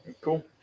Cool